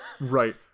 Right